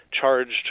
charged